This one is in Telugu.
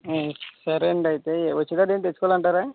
ఆ సరే అండి అయితే వచ్చేటప్పుడు ఏమైనా తెచ్చుకోవాలి అంటారా